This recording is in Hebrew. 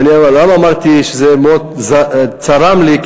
ולמה אמרתי שזה מאוד צרם לי?